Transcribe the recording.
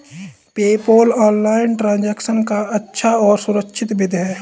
PayPal online transaction का अच्छा और सुरक्षित विधि है